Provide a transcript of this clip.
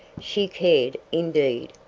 she cared, indeed,